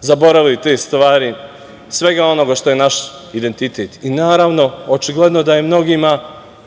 zaboravili te stvari, svega onoga što je naš identitet. Naravno, očigledno da je mnogima